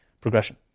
progression